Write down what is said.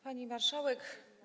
Pani Marszałek!